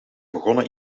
begonnen